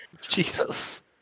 Jesus